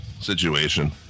situation